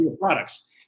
products